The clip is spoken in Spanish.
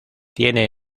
tiene